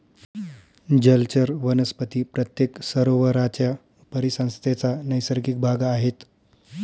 जलचर वनस्पती प्रत्येक सरोवराच्या परिसंस्थेचा नैसर्गिक भाग आहेत